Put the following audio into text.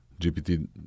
GPT